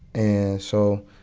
and so,